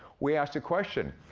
we asked a question,